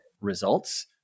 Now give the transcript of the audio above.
results